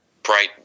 bright